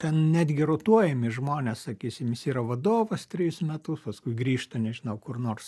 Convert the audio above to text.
ten netgi rotuojami žmonės sakysim jis yra vadovas trejus metus paskui grįžta nežinau kur nors